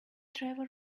trevor